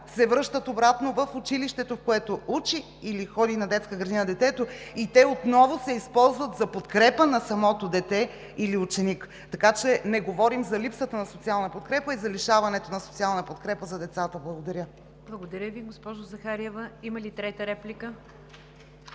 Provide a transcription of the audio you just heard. се връщат обратно в училището, в което учи или ходи на детска градина детето, и те отново се използват за подкрепа на самото дете или ученик! Така че не говорим за липсата на социална подкрепа и за лишаването от социална подкрепа на децата. Благодаря. (Единични ръкопляскания от ГЕРБ.)